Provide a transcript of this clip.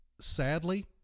Sadly